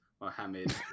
Mohammed